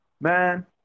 Man